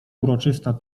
uroczysta